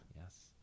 Yes